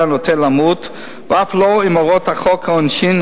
הנוטה למות ואף לא עם הוראות חוק העונשין,